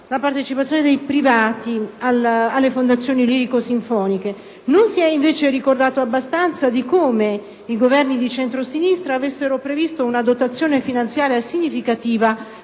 la partecipazione dei privati alle fondazioni lirico-sinfoniche. Non si è però ricordato abbastanza come i Governi di centrosinistra avessero previsto una dotazione finanziaria significativa